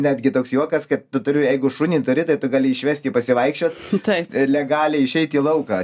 netgi toks juokas kad tu turi jeigu šunį turi tai tu gali išvest jį pasivaikščiot taip legaliai išeit į lauką